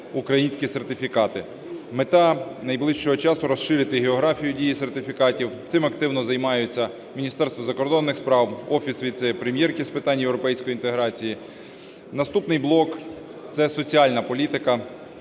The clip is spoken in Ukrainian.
українські сертифікати. Мета найближчого часу – розширити географію дії сертифікатів. Цим активно займається Міністерство закордонних справ, Офіс Віце-прем'єрки з питань європейської інтеграції. Наступний блок – це соціальна політика.